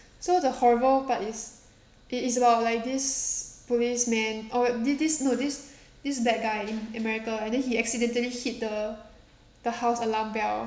so the horrible part is it is about like this policeman oh wait thi~ this no this this black guy in america and then he accidentally hit the the house alarm bell